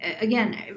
Again